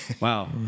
Wow